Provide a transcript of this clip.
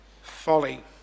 folly